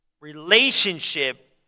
Relationship